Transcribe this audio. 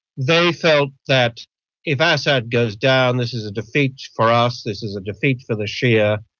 they felt that if assad goes down, this is a defeat for us, this is a defeat for the shia,